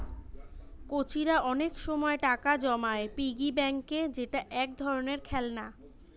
কচিরা অনেক সময় টাকা জমায় পিগি ব্যাংকে যেটা এক ধরণের খেলনা